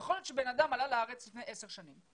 יכול להיות שבן אדם עלה לארץ לפני עשר שנים,